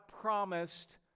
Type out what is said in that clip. promised